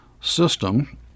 system